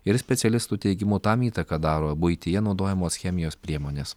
ir specialistų teigimu tam įtaką daro buityje naudojamos chemijos priemonės